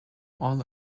all